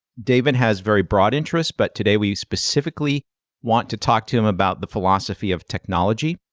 david has very broad interests, but today we specifically want to talk to him about the philosophy of technology.